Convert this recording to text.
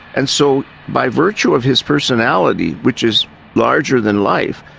and so by virtue of his personality, which is larger than life,